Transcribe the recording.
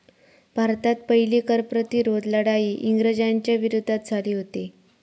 भारतात पहिली कर प्रतिरोध लढाई इंग्रजांच्या विरोधात झाली हुती